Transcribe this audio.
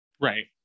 right